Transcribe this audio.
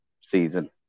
season